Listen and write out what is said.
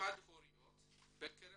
החד הוריות בקרב